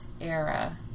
era